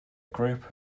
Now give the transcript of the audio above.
group